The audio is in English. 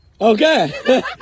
Okay